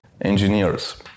engineers